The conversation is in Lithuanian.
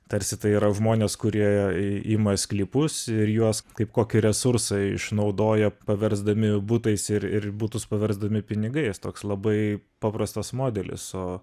tarsi tai yra žmonės kurie ima sklypus ir juos kaip kokį resursą išnaudoja paversdami butais ir ir butus paversdami pinigais toks labai paprastas modelis o